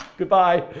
goodbye,